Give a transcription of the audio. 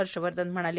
हर्ष वर्धन म्हणाले